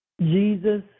Jesus